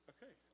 Okay